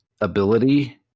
ability